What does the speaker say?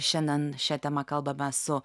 šiandien šia tema kalbame su